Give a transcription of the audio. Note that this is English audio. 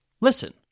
listen